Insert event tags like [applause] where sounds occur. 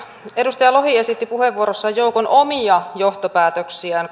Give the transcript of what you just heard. edustaja lohi esitti puheenvuorossaan kolmatta tasetta koskien joukon omia johtopäätöksiään [unintelligible]